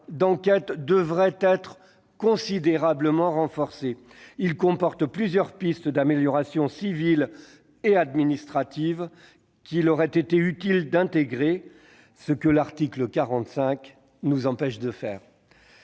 devraient être considérablement renforcés. Il comporte plusieurs pistes d'améliorations civiles et administratives qu'il aurait été utile d'intégrer, ce que l'article 45 de la